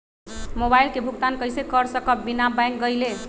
Mobile के भुगतान कईसे कर सकब बिना बैंक गईले?